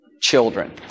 children